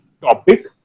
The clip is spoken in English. topic